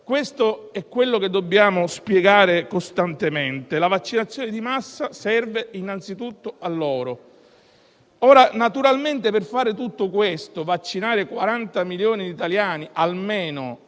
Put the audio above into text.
Questo è ciò che dobbiamo spiegare costantemente. La vaccinazione di massa serve innanzitutto a quelle persone. Naturalmente, per fare tutto questo, per vaccinare 40 milioni di italiani, almeno,